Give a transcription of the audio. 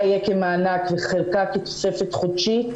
שחלקה יהיה כמענק וחלקה כתוספת חודשית